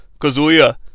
Kazuya